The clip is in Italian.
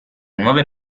nuove